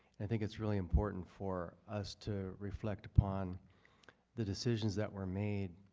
i think it is really important for us to reflect upon the decisions that were made